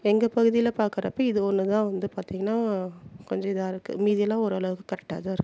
எங்கள் பகுதியில் பார்க்குறப்ப இது ஒன்றுதான் வந்து பார்த்திங்கினா கொஞ்சம் இதாக இருக்குது மீதி எல்லாம் ஒரு அளவுக்குக் கரெக்டாக தான் இருக்குது